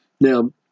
Now